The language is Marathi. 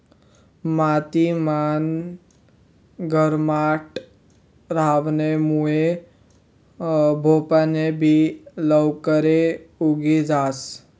माती मान गरमाट रहावा मुये भोपयान बि लवकरे उगी जास